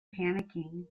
panicking